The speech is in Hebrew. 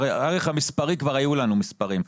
הערך המספרי, כבר היו לנו מספרים.